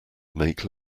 make